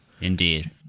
Indeed